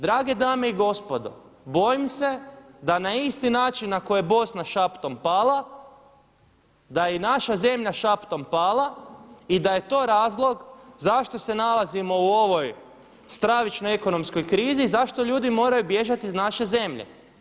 Drage dame i gospodo, bojim se da na isti način na koji je Bosna šaptom pala, da je i naša zemlja šaptom pala i da je to razlog zašto se nalazimo u ovoj stravičnoj ekonomskoj krizi, zašto ljudi moraju bježati iz naše zemlje.